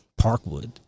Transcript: Parkwood